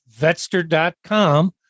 vetster.com